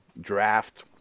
draft